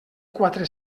quatre